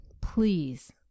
please